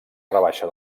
rebaixa